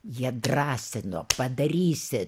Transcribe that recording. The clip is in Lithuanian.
jie drąsino padarysi